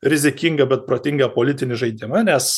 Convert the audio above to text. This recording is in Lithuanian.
rizikingą bet protingą politinį žaidimą nes